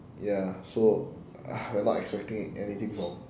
ya so we are not expecting anything from